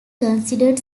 considered